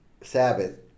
Sabbath